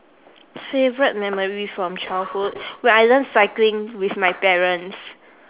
favourite memory from childhood when I learn cycling with my parents